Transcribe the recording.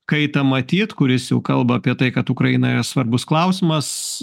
kaitą matyt kuris jau kalba apie tai kad ukrainoje svarbus klausimas